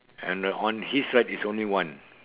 and the on his right is only one